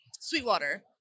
Sweetwater